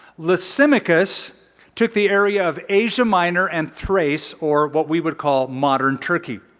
lysimachus took the area of asia minor and thrace or what we would call modern turkey.